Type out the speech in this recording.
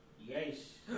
Yes